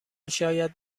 شاید